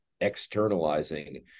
externalizing